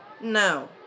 No